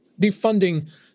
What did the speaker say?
defunding